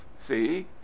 see